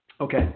Okay